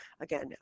again